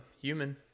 Human